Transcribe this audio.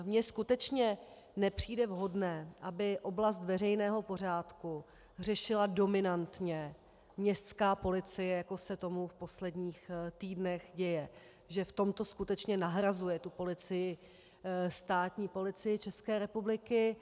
Mně skutečně nepřijde vhodné, aby oblast veřejného pořádku řešila dominantně městská policie, jako se to v posledních týdnech děje, že v tomto skutečně nahrazuje státní policii České republiky.